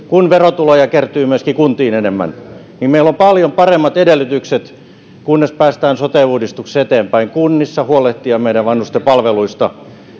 kun verotuloja kertyy myöskin kuntiin enemmän niin meillä on paljon paremmat edellytykset kunnes päästään sote uudistuksessa eteenpäin kunnissa huolehtia meidän vanhusten palveluista